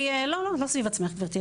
לא, לא, את לא סביב עצמך, גבירתי.